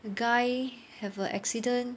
a guy have a accident